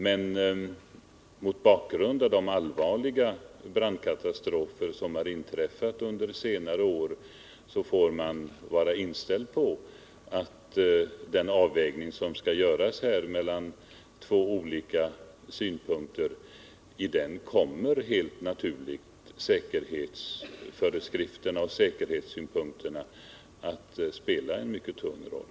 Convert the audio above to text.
Men mot bakgrund av de allvarliga brandkatastrofer som har inträffat under senare år får man vara inställd på att i den avvägning som skall göras mellan två olika krav säkerhetssynpunkterna kommer att spela en mycket tung roll.